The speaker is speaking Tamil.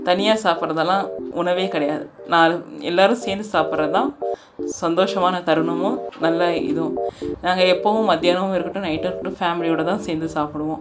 தனியாக சாப்பிட்றதலாம் உணவே கிடையாது நான் எல்லோரும் சேர்ந்து சாப்பிட்ற தான் சந்தோஷமான தருணமும் நல்ல இதுவும் நாங்கள் எப்போவும் மதியானமாக இருக்கட்டும் நைட்டும் இருக்கட்டும் ஃபேமிலியோடய தான் சேர்ந்து சாப்பிடுவோம்